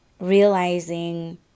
Realizing